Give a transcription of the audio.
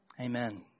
Amen